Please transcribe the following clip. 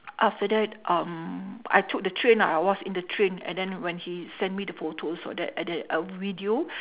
after that um I took the train ah I was in the train and then when he send me the photos all that and then the video